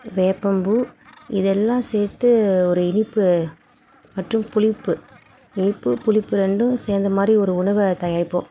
வேப்பம்பூ இது எல்லாம் சேர்த்து ஒரு இனிப்பு மற்றும் புளிப்பு இனிப்பு புளிப்பு ரெண்டும் சேர்ந்த மாதிரி ஒரு உணவை தயாரிப்போம்